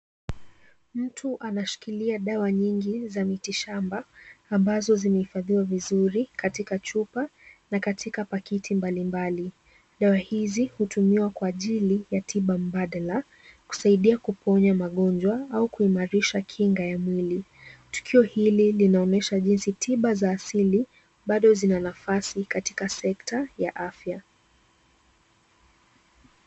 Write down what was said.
Mtu anashikilia dawa nyingi za miti shamba ambazo zimehifadhiwa vizuri katika chupa na katika pakiti mbalimbali. Dawa hizi hutumiwa kwa ajili ya tiba mbadala kusaidia kuponya magonjwa au kuimarisha kinga ya mwili. Tukio hili linaonyesha jinsi tiba za asili bado zina nafasi katika sekta ya afya.